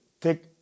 take